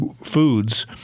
foods